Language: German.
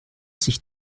sich